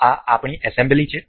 આ આપણી એસેમ્બલી છે